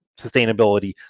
sustainability